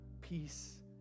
peace